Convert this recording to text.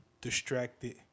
distracted